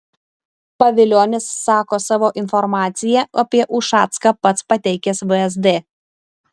pavilionis sako savo informaciją apie ušacką pats pateikęs vsd